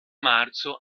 marzo